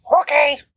Okay